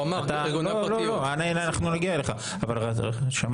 אנחנו עשרה מיליון, 70% מאזרחי ישראל.